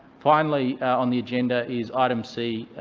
finally on the agenda is item c,